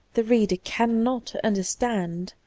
the reader cannot understand.